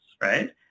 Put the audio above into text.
right